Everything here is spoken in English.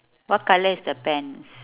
what colour is the pants